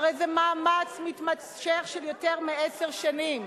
הרי זה מאמץ מתמשך של יותר מעשר שנים.